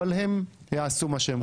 אבל הם יעשו מה שהם רוצים.